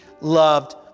loved